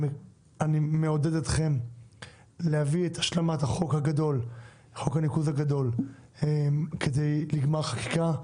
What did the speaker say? אני מעודד אתכם להביא את השלמת חוק הניקוז הגדול לגמר חקיקה,